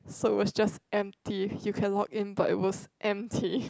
so it was just empty you can log in but it was empty